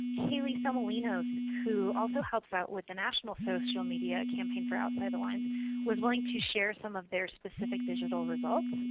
haley somolinos who also helps out with the national social media campaign for outside the lines was willing to share some of their specific digital results.